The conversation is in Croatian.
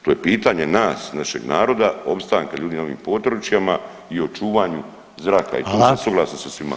To je pitanje nas i našeg naroda opstanka ljudi na ovim područjima i o čuvanju zraka i tu sam [[Upadica: Hvala.]] suglasan sa svima.